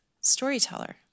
Storyteller